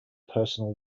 personal